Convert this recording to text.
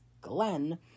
Glenn